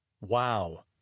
Wow